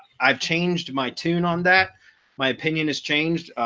i've changed my tune on that my opinion has changed.